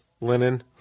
linen